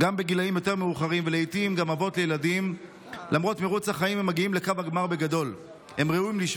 חבר הכנסת אלמוג כהן, תודה רבה.